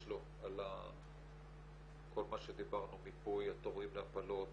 לו על כל מה שדיברנו מיפוי התורים להפלות,